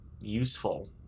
useful